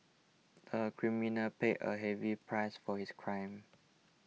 the criminal paid a heavy price for his crime